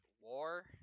War